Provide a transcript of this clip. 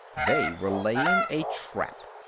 they were laying a trap.